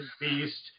beast